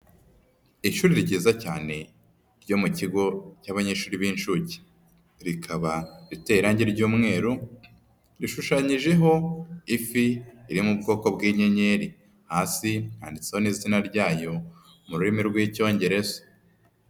Ishuri ryiza cyane ryo mu kigo cy'abanyeshuri b'inshuke, rikaba iterangi ry'umweru, rishushanyijeho ifi iri mu bwoko bw'inyenyeri, hasi handitsweho n'izina ryayo mu rurimi rw'Icyongereza.